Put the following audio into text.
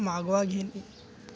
मागोवा घेणे